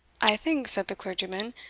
i think, said the clergyman,